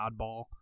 oddball